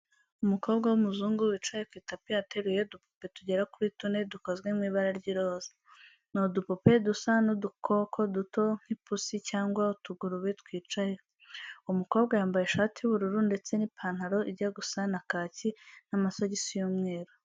Umukobwa w'umuzungu wicaye ku itapi ateruye udupupe tugera kuri tune dukozwe mu ibara ry'iroza. Ni udupupe dusa n'udukoko duto nk'ipusi cyangwa utugurube twicaye. Uwo mukobwa yambaye ishati y'ubururu ndetse n'ipantaro ijya gusa na kaki n'amasogisi y'umweru.